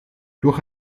durch